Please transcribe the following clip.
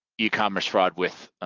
ecommerce fraud with